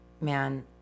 man